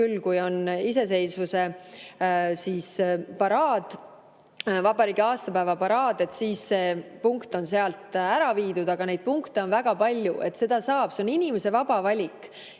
küll, kui on iseseisvuse paraad, vabariigi aastapäeva paraad, on see punkt sealt ära viidud, aga neid punkte on väga palju, [vaktsineerida] saab ja see on inimese vaba valik.